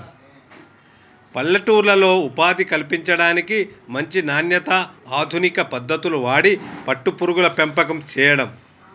పల్లెటూర్లలో ఉపాధి కల్పించడానికి, మంచి నాణ్యత, అధునిక పద్దతులు వాడి పట్టు పురుగుల పెంపకం చేయడం